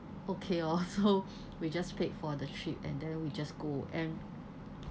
okay loh so we just paid for the trip and then we just go and